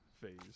phase